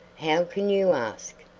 how can you ask?